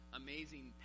amazing